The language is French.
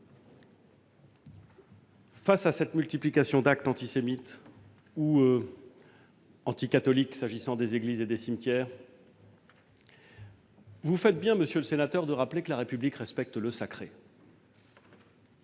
Face à cette multiplication d'actes antisémites ou anticatholiques visant des églises et des cimetières, vous faites bien de rappeler que la République respecte le sacré.